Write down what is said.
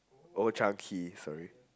Old-Chang-Kee sorry